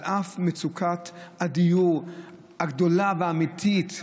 על אף מצוקת הדיור הגדולה והאמיתית,